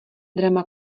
drama